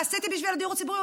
מה עשיתי בשביל הדיור הציבורי?